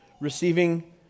receiving